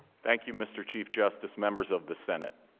thank you mr. chief justice members of the senate